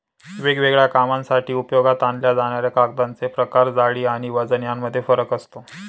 वेगवेगळ्या कामांसाठी उपयोगात आणल्या जाणाऱ्या कागदांचे प्रकार, जाडी आणि वजन यामध्ये फरक असतो